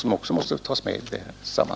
Även dessa problem måste uppmärksammas.